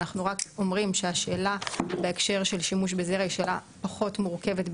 אנחנו רק אומרים שהשאלה בהקשר של שימוש בזרע היא שאלה פחות מורכבת,